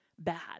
bad